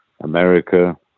America